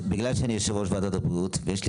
בגלל שאני יושב ראש וועדת הבריאות ויש לי